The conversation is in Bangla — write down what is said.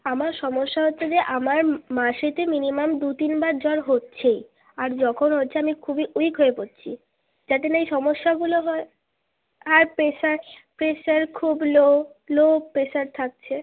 আমার সমস্যা হচ্ছে যে আমার মাসেতে মিনিমাম দু তিন বার জ্বর হচ্ছেই আর যখন হচ্ছে আমি খুবই উইক হয়ে পড়ছি যাতে না এই সমস্যাগুলো হয় আর প্রেসার প্রেসার খুব লো লো প্রেসার থাকছে